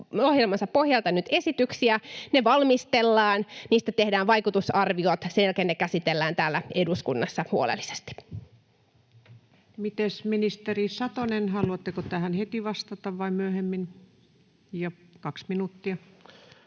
ohjelmansa pohjalta esityksiä. Ne valmistellaan, niistä tehdään vaikutusarviot. Sen jälkeen ne käsitellään täällä eduskunnassa huolellisesti. Miten on, ministeri Satonen, haluatteko vastata tähän heti vai myöhemmin? [Arto